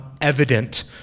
evident